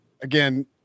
again